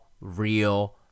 real